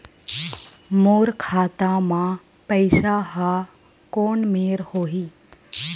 मोर खाता मा पईसा जमा कोन मेर होही?